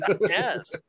Yes